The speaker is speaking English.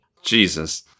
Jesus